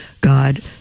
God